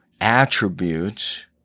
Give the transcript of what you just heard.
attributes